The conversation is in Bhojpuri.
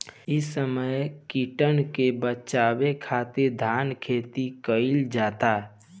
इ समय कीटन के बाचावे खातिर धान खेती कईल जाता